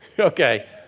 Okay